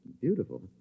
Beautiful